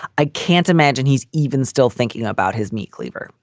i can't imagine he's even still thinking about his meat cleaver.